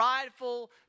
prideful